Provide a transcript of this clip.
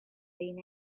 been